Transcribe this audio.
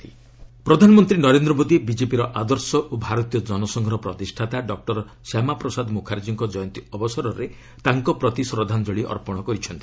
Shyama Prasad anniversary ପ୍ରଧାନମନ୍ତ୍ରୀ ନରେନ୍ଦ୍ର ମୋଦୀ ବିଜେପିର ଆଦର୍ଶ ଓ ଭାରତୀୟ ଜନସଂଘର ପ୍ରତିଷ୍ଠାତା ଡକ୍ଟର ଶ୍ୟାମା ପ୍ରସାଦ ମୁଖାର୍ଜୀଙ୍କ କ୍ୟନ୍ତୀ ଅବସରରେ ତାଙ୍କ ପ୍ରତି ଶ୍ରଦ୍ଧାଞ୍ଚଳୀ ଅର୍ପଣ କରିଛନ୍ତି